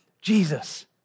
Jesus